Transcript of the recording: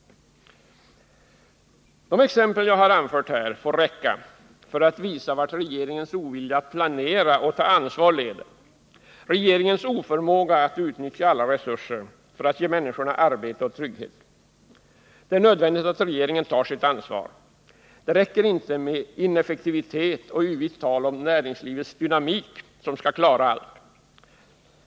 De exempel jag här har anfört får räcka för att visa vad resultatet kan bli av regeringens ovilja att planera och ta ansvar samt regeringens oförmåga att utnyttja alla resurser när det gäller att ge människorna arbete och trygghet. Det är nödvändigt att regeringen tar sitt ansvar. Det räcker inte med ineffektivitet och yvigt tal om att näringslivets dynamik skall klara allt.